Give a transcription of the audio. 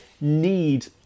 need